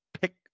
pick